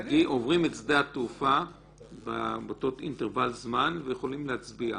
שעוברים את שדה התעופה באותו אינטרוול זמן ויכולים להצביע.